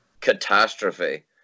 catastrophe